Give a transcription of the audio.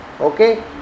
Okay